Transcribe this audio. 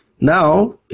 now